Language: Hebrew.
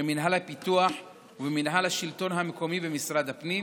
במינהל הפיתוח ובמינהל השלטון המקומי במשרד הפנים